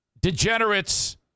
degenerates